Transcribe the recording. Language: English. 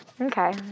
Okay